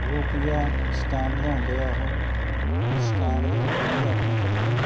ਉਹ ਕੀ ਆ ਸਟੈਂਡ ਲਿਆਉਂਦੇ ਆ ਉਹ ਸਟੈਂਡ ਦੇ ਉੱਪਰ ਕੀ ਹੈ ਆਪਣੇ ਕੱਪੜੇ